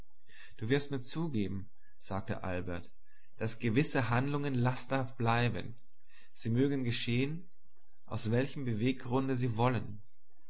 du wirst mir zugeben sagte albert daß gewisse handlungen lasterhaft bleiben sie mögen geschehen aus welchem beweggrunde sie wollen